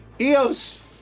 Eos